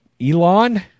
Elon